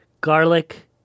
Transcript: garlic